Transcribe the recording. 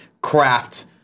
craft